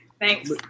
Thanks